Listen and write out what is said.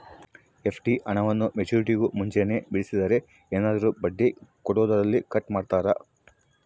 FD ಹಣವನ್ನು ಮೆಚ್ಯೂರಿಟಿಗೂ ಮುಂಚೆನೇ ಬಿಡಿಸಿದರೆ ಏನಾದರೂ ಬಡ್ಡಿ ಕೊಡೋದರಲ್ಲಿ ಕಟ್ ಮಾಡ್ತೇರಾ?